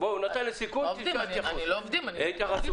יוסי